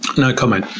no comment.